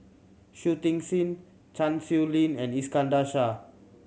Shui Tit Sing Chan Sow Lin and Iskandar Shah